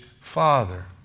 father